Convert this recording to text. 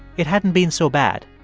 it hadn't been so bad.